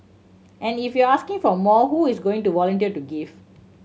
and if you are asking for more who is going to volunteer to give